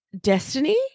destiny